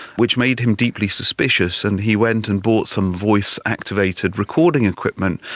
which made him deeply suspicious, and he went and bought some voice activated recording equipment,